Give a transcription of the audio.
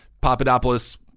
Papadopoulos